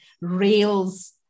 rails